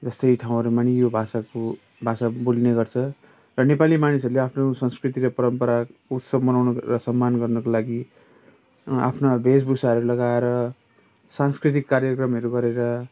यस्तै ठाउँहरूमा नै यो भाषाको भाषा बोल्ने गर्छ र नेपाली मानिसहरूले आफ्नो सांस्कृतिक र परम्पराको उत्सव मनाउनु र सम्मान गर्नुको लागि अनि आफ्नो भेषभूषाहरू लगाएर सांस्कृतिक कार्यक्रमहरू गरेर